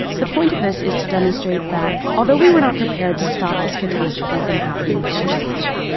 the point of this is to demonstrate that although we were not prepared to stop this catastrophe from happening this time,